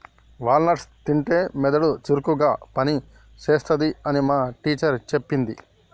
wall nuts తింటే మెదడు చురుకుగా పని చేస్తది అని మా టీచర్ చెప్పింది